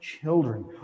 children